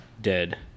dead